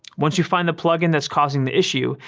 once you find the plugin that's causing the issue,